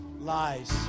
Lies